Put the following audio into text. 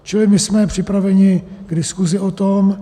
Čili my jsme připraveni k diskusi o tom.